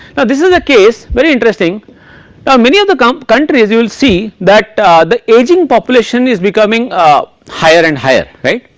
now this is a case very interesting now many of the um countries you will see that the ageing population is becoming a um higher and higher right,